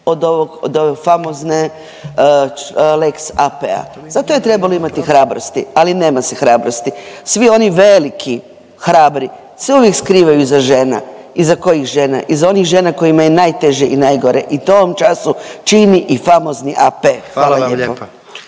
od ove famozne lex AP. Zato je trebalo imati hrabrosti, ali nema se hrabrosti. Svi oni veliki hrabri se uvijek skrivaju iza žena, iza kojih žena? Iza onih žena kojima je najteže i najgore i to u ovom času čini i famozni AP. Hvala lijepo.